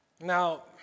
Now